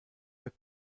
der